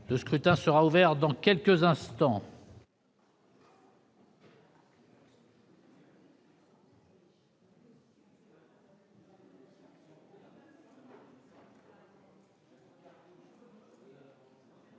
le scrutin sera ouvert dans quelques instants.